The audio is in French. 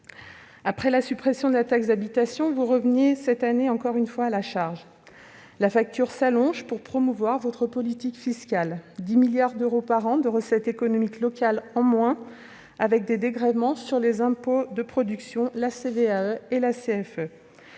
Après la suppression de la taxe d'habitation, vous revenez encore une fois à la charge cette année. La facture s'allonge pour promouvoir votre politique fiscale : 10 milliards d'euros par an de recettes économiques locales en moins sont à prévoir avec les dégrèvements sur les impôts de production- CVAE et CFE.